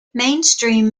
mainstream